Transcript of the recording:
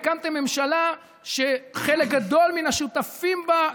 הקמתם ממשלה שחלק גדול מן השותפים בה,